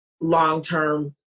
long-term